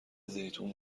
زیتون